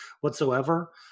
whatsoever